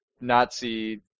Nazi